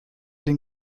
den